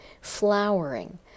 flowering